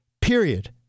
Period